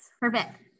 Perfect